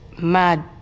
mad